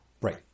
Right